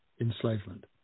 enslavement